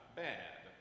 bad